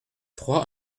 trois